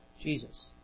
Jesus